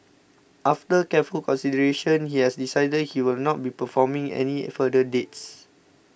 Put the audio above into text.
after careful consideration he has decided he will not be performing any further dates